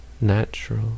natural